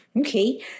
Okay